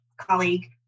colleague